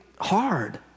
hard